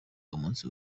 umunsi